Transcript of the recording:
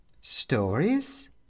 Stories